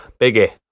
Biggie